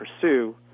pursue